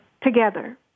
together